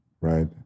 right